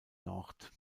nord